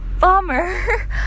bummer